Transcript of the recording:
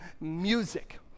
music